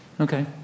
Okay